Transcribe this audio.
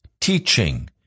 teaching